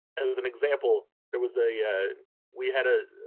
in as an example there was a we had a,